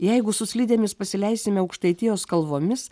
jeigu su slidėmis pasileisime aukštaitijos kalvomis